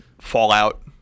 Fallout